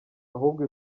ahubwo